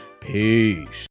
Peace